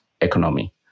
economy